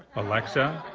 alexa,